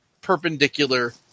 perpendicular